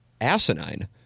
asinine